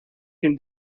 can